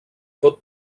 pot